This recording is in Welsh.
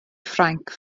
ffrainc